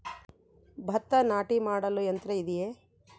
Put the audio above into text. ಭತ್ತ ನಾಟಿ ಮಾಡಲು ಯಂತ್ರ ಇದೆಯೇ?